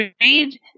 Read